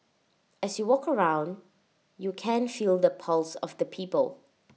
as you walk around you can feel the pulse of the people